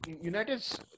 United's